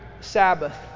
Sabbath